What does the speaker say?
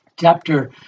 Chapter